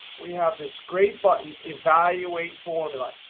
we have this great button evaluate formula.